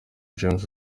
james